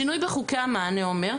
שינוי בחוקי המענה אומר,